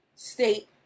state